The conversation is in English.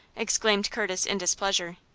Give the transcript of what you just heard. exclaimed curtis, in displeasure.